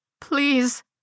Please